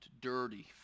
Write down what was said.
dirty